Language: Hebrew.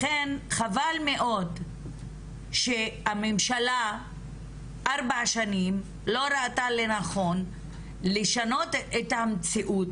לכן חבל מאוד שהממשלה ארבע שנים לא ראתה לנכון לשנות את המציאות,